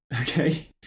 okay